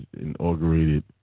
inaugurated